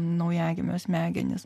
naujagimio smegenis